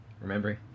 Remembering